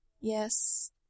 Yes